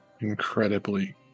incredibly